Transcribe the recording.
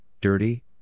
dirty